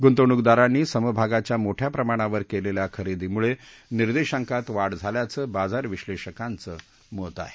गुंतवणूकदारांनी समभागाच्या मोठ्या प्रमाणावर केलेल्या खरेदीमुळे निर्देशांकात वाढ झाल्याचं बाजार विश्लेषकांचं मत आहे